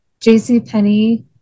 JCPenney